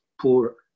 poor